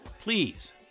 Please